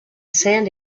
sand